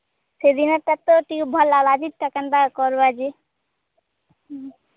ସେଦିନଟା ତ ଟିକେ ଭଲ ହେଲା ଆଜିଟା କେନ୍ତା କର୍ବା ଆଜି ହୁଁ